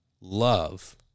love